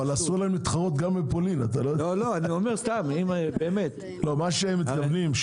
אבל אסור להם להתחרות גם בפולין מה שהם מתכוונים,